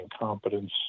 incompetence